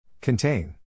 Contain